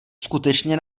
skutečně